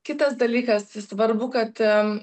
kitas dalykas svarbu kad